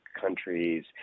countries